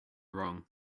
wrong